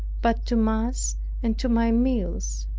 but to mass and to my meals.